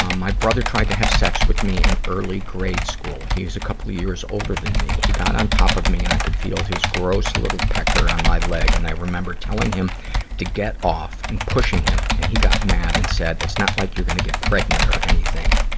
um my brother tried to have sex with me in early grade school. he's a couple years older than me. he got on top of me and i could feel his gross little pecker on my leg and i remembered telling him to get off and pushing him and he got mad and said, it's not like you're gonna get pregnant or anything.